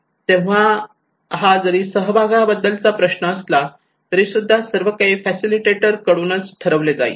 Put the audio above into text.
तेव्हा हा जरी सहभागाबद्दलचा प्रश्न असला तरीसुद्धा सर्व काही फॅसिलिटेटर कडूनच ठरवले जाईल